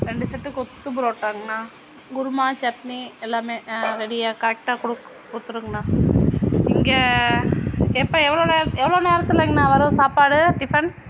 ரெண்டு செட்டு கொத்து பரோட்டாங்கணா குருமா சட்னி எல்லாமே ரெடியாக கரெக்டாக கொடுத்துருங்கணா இங்கே எப்போ எவ்வளோ நேர எவ்வளோ நேரத்துலங்கணா வரும் சாப்பாடு டிஃபன்